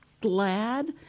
glad